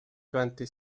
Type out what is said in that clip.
twenty